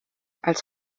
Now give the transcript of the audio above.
als